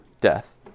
death